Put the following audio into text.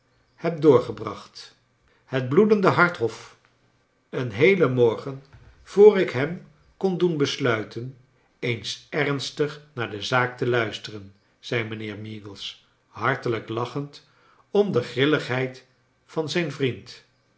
heb doorgebracht het bloedende hart hof een heelen morgen voor ik hem kon doen besluiten eens ernstig naar de zaak te luisteren zei mijnheer meagles hartelijk lachend om de grilligheid van zijn vriend